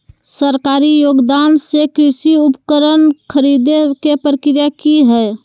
सरकारी योगदान से कृषि उपकरण खरीदे के प्रक्रिया की हय?